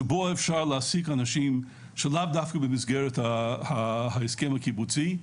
שבהם אפשר להשיג אנשים שלאו דווקא במסגרת ההסכם הקיבוצי,